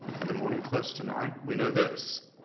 in the morning close to nine. we know this,